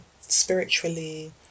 spiritually